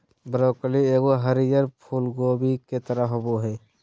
broccoli एगो हरीयर फूल कोबी के तरह होबो हइ